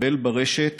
מקבל ברשת